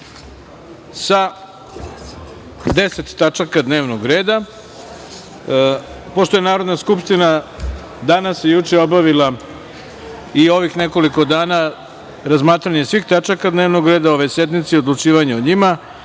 sa 10 tačaka dnevnog reda. Pošto je Narodna skupština danas, juče i ovih nekoliko dana obavila razmatranje svih tačaka dnevnog reda ove sednice i odlučivanje o njima,